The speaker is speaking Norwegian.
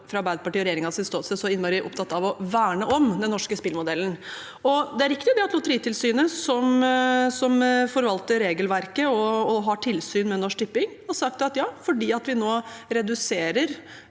fra Arbeiderpartiets og regjeringens ståsted så innmari opptatt av å verne om den norske spillmodellen. Det er riktig at Lotteritilsynet, som forvalter regelverket og har tilsyn med Norsk Tipping, har sagt at fordi vi nå endelig